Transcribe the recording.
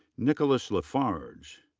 nicholas lafarge.